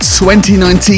2019